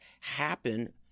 happen